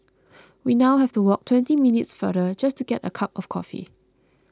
we now have to walk twenty minutes farther just to get a cup of coffee